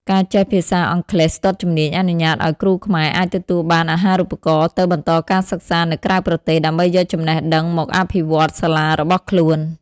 ការចេះភាសាអង់គ្លេសស្ទាត់ជំនាញអនុញ្ញាតឱ្យគ្រូខ្មែរអាចទទួលបានអាហារូបករណ៍ទៅបន្តការសិក្សានៅក្រៅប្រទេស ដើម្បីយកចំណេះដឹងមកអភិវឌ្ឍសាលារបស់ខ្លួន។